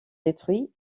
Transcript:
détruits